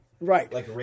Right